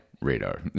radar